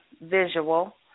visual